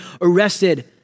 arrested